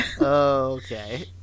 Okay